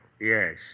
Yes